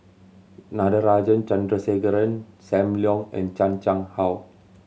Natarajan Chandrasekaran Sam Leong and Chan Chang How